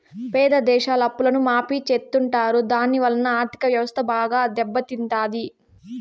పేద దేశాల అప్పులను మాఫీ చెత్తుంటారు దాని వలన ఆర్ధిక వ్యవస్థ బాగా దెబ్బ తింటాది